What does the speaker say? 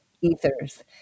ethers